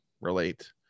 relate